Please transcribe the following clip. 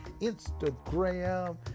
Instagram